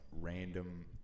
random